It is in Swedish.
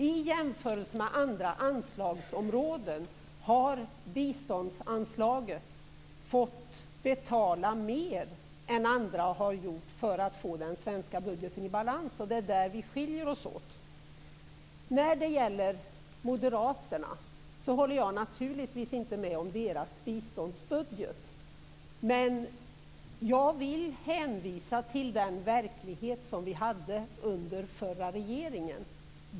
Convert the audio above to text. I jämförelse med andra anslagsområden har biståndsanslaget drabbats mer än vad andra anslag har gjort för att man skall få den svenska budgeten i balans. Det är där vi skiljer oss åt. Jag ställer mig naturligtvis inte bakom moderaternas biståndsbudget. Men jag vill hänvisa till den verklighet som rådde under den förra regeringen.